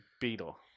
Beetle